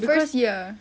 the first year